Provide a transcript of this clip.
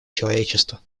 человечества